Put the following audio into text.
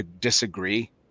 disagree